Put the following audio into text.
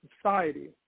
society